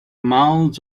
mouths